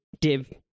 Div